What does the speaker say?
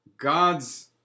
God's